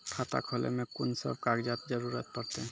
खाता खोलै मे कून सब कागजात जरूरत परतै?